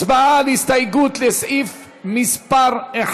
הצבעה על הסתייגות לסעיף 1,